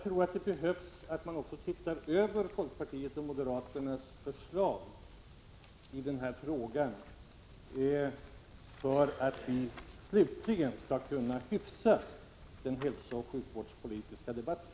Folkpartiets och moderaternas förslag i denna fråga behöver också ses över, för att vi slutligen skall kunna hyfsa den hälsooch sjukvårdspolitiska debatten.